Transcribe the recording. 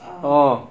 err